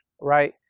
right